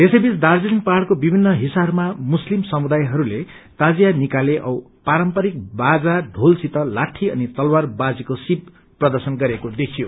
यसैबीच दार्जीलिङ पहाड़को विभिन्न हिस्साहरूमा मुस्लिम समुदायहरूले ताजिया निकाले औ पारम्परिक बाजा ढ़ोल सित लाठी अनि तलवार बाजीको सीप प्रर्दशन गरेको देखियो